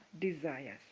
desires